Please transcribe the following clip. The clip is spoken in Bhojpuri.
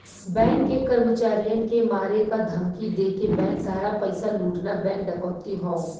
बैंक के कर्मचारियन के मारे क धमकी देके बैंक सारा पइसा लूटना बैंक डकैती हौ